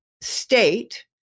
state